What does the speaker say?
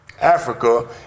Africa